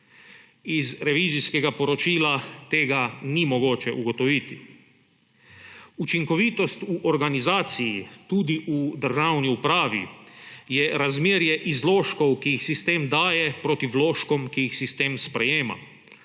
iz revizijskega poročila tega ni mogoče ugotoviti. Učinkovitost v organizaciji tudi v državni upravi je razmerje izložkov, ki jih sistem daje, proti vložkom, ki jih sistem sprejema.